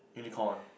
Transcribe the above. unicorn